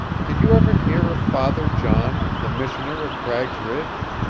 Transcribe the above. did you ever hear of father john, the missioner at cragg's ridge?